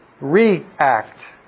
react